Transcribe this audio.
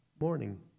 morning